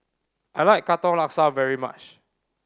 I like Katong Laksa very much